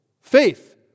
Faith